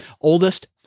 oldest